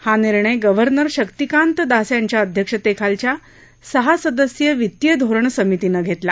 हा निर्णय गव्हर्नर शक्तिकांत दास यांच्या अध्यक्षतेखालच्या सहा सदस्यीय वितीय धोरण समितीनं घेतला